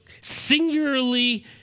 singularly